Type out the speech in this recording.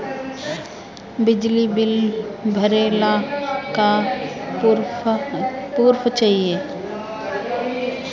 बिजली बिल भरे ला का पुर्फ चाही?